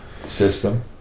system